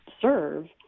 serve